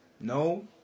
No